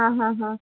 ಹಾಂ ಹಾಂ ಹಾಂ